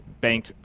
bank